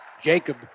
Jacob